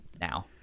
now